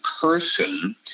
person